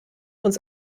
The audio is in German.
uns